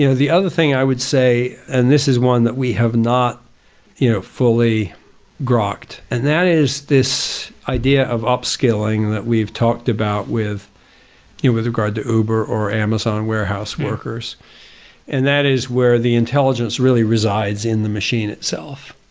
you know the other thing i would say and this is one that we have not you know fully grokked and that is this idea of up scaling that we have talked about with you know with regards to uber or amazon warehouse workers and that is where the intelligence really resides in the machine itself.